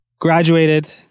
graduated